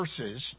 verses